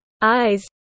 eyes